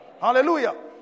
Hallelujah